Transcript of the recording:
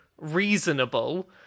reasonable